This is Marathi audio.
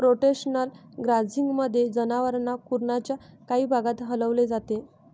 रोटेशनल ग्राझिंगमध्ये, जनावरांना कुरणाच्या काही भागात हलवले जाते